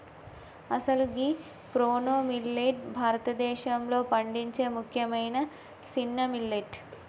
అసలు గీ ప్రోనో మిల్లేట్ భారతదేశంలో పండించే ముఖ్యమైన సిన్న మిల్లెట్